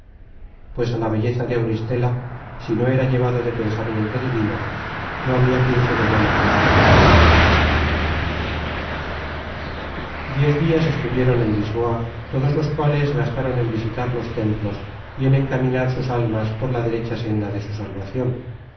pues á la belleza de auristela si no era llevado de pensamiento divino no habia pincel humano que alcanzase diez dias estuvieron en lisboa todos los cuales gastaron en visitar los templos y en encaminar sus almas por la derecha senda de su salvacion